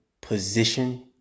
position